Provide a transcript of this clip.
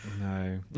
No